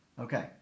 Okay